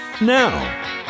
Now